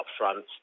upfront